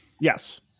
Yes